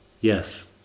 Yes